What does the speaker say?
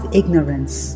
ignorance